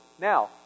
Now